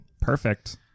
Perfect